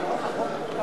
הרווחה והבריאות נתקבלה.